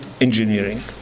engineering